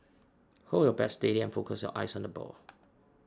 hold your bat steady and focus your eyes on the ball